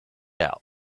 out